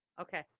Okay